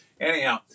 Anyhow